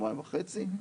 שבועיים וחצי,